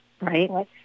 right